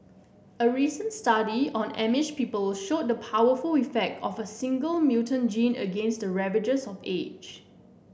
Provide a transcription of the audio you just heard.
a recent study on Amish people showed the powerful effect of a single mutant gene against the ravages of age